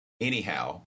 anyhow